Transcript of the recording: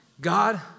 God